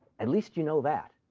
at least you know that.